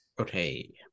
Okay